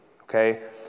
okay